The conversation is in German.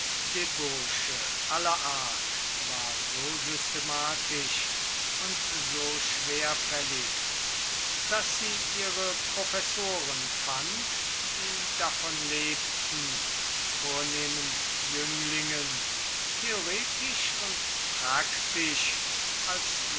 debauche aller art ward so systematisch und so schwerfällig daß sie ihre professoren fand die davon lebten vornehmen jünglingen theoretisch und praktisch als